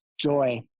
joy